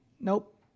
Nope